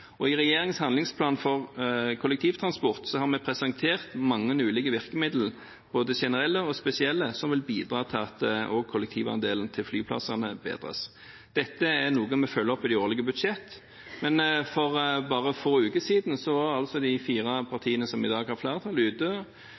Og i regjeringens handlingsplan for kollektivtransport har vi presentert mange ulike virkemidler, både generelle og spesielle, som vil bidra til at også kollektivandelen til flyplassene økes. Dette er noe vi følger opp i de årlige budsjettene, men for bare få uker siden var de fire partiene som i dag har flertall,